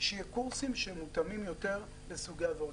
שיהיו קורסים שמותאמים יותר לסוגי העבירות.